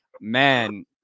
Man